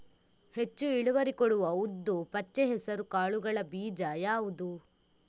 ಹೆಚ್ಚು ಇಳುವರಿ ಕೊಡುವ ಉದ್ದು, ಪಚ್ಚೆ ಹೆಸರು ಕಾಳುಗಳ ಬೀಜ ಯಾವುದು?